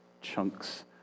chunks